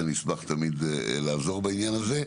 אני אשמח תמיד לעזור בעניין הזה.